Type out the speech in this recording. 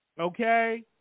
okay